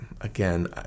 again